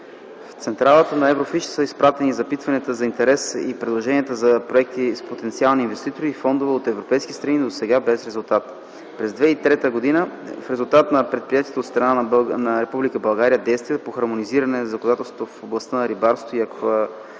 В централата на Еврофиш са изпратени запитвания за интерес и предложения за проекти с потенциални инвеститори и фондове от европейски страни, но досега без резултат. През 2003 г. в резултат на предприетите от страна на Република България действия по хармонизиране на законодателството в областта на рибарството